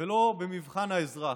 ולא במבחן האזרח.